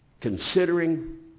considering